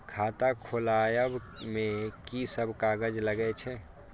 खाता खोलाअब में की सब कागज लगे छै?